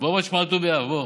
בוא תשמע על ט"ו באב, בוא.